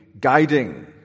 guiding